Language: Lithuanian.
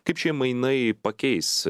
kaip šie mainai pakeis